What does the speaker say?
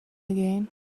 again